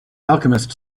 alchemist